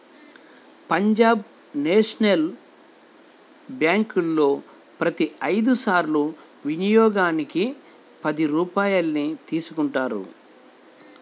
Punjab national బ్యేంకులో ప్రతి ఐదు సార్ల వినియోగానికి పది రూపాయల్ని తీసుకుంటారు